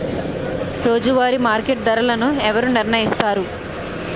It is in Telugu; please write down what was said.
రోజువారి మార్కెట్ ధరలను ఎవరు నిర్ణయిస్తారు?